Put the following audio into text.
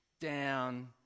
down